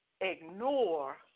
ignore